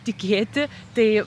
tikėti tai